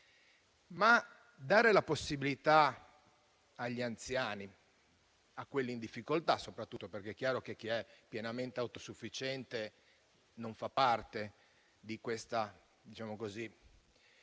Dare la possibilità agli anziani - a quelli in difficoltà soprattutto, perché è chiaro che chi è pienamente autosufficiente non fa parte di questa cerchia